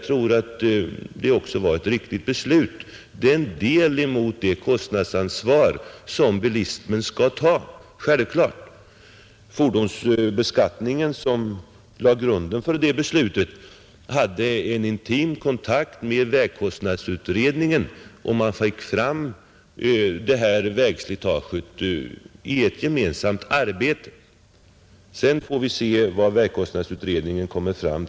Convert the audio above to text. Detta täcker in en hel del av det kostnadsansvar som bilismen självklart skall ta, Utredningen om fordonsbeskattningen, som lade grunden till det beslutet, hade en intim kontakt med vägkostnadsutredningen, och det resultat man kom fram till var ett gemensamt arbete.